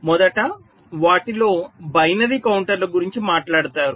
మొదట వాటిలో బైనరీ కౌంటర్ల గురించి మాట్లాడుతారు